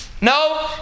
No